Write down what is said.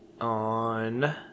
On